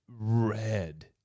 Red